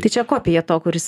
tai čia kopija to kuris